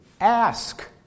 ask